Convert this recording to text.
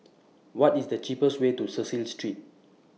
What IS The cheapest Way to Cecil Street